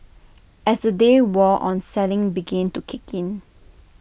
as the day wore on selling begin to kick in